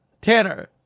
Tanner